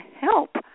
help